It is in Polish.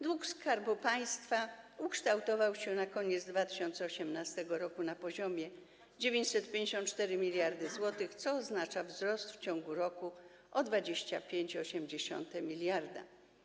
Dług Skarbu Państwa ukształtował się na koniec 2018 r. na poziomie 954 mld zł, co oznacza wzrost w ciągu roku o 25,8 mld.